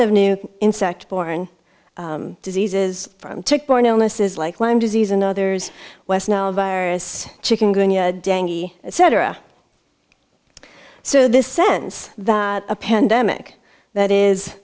of new insect borne diseases from tick borne illnesses like lyme disease and others west nile virus chicken cetera so this sense that a pandemic that is